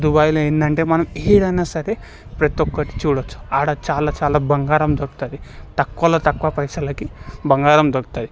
దుబాయ్లో ఏంటంటే మనం ఏదైనా సరే ప్రతీ ఒక్కటి చూడొచ్చు ఆడ చాలా చాలా బంగారం దొరుకుతుంది తక్కువలో తక్కువ పైసలకి బంగారం దొరుకుతుంది